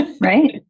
right